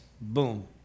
boom